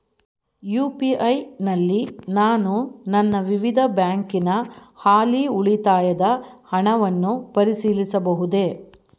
UPI ನಲ್ಲಿ ನಾನು ನನ್ನ ವಿವಿಧ ಬ್ಯಾಂಕಿನ ಹಾಲಿ ಉಳಿತಾಯದ ಹಣವನ್ನು ಪರಿಶೀಲಿಸಬಹುದೇ?